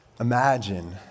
imagine